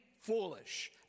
foolish